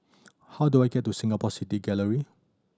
how do I get to Singapore City Gallery